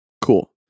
cool